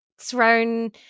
thrown